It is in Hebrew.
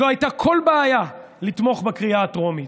אז לא הייתה כל בעיה לתמוך בקריאה הטרומית.